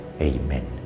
Amen